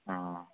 ఆ